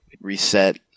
reset